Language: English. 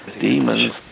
Demons